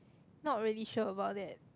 not really sure about that